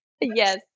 Yes